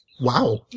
Wow